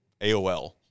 AOL